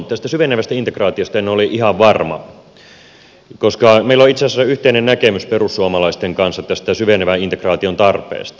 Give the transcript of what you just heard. tästä syvenevästä integraatiosta en ole ihan varma koska meillä on itse asiassa yhteinen näkemys perussuomalaisten kanssa tästä syvenevän integraation tarpeesta